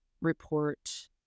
report